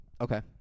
Okay